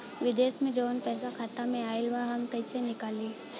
विदेश से जवन पैसा खाता में आईल बा हम कईसे निकाली?